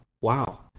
Wow